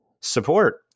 support